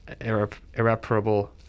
irreparable